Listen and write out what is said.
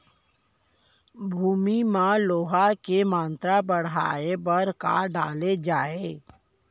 भूमि मा लौह के मात्रा बढ़ाये बर का डाले जाये?